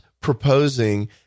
proposing